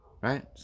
right